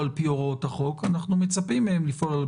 הם דיווחו שהיו דיונים.